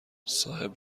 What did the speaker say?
صاحب